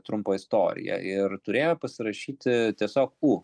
trumpą istoriją ir turėjo pasirašyti tiesiog u